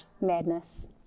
madness